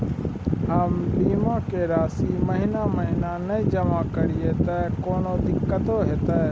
हम बीमा के राशि महीना महीना नय जमा करिए त कोनो दिक्कतों होतय?